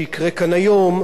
הסכנה הזאת,